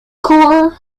corps